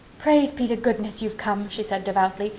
praise be to goodness you've come, she said devoutly,